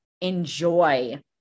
enjoy